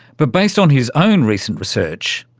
but, based on his own recent research,